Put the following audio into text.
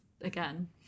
again